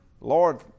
Lord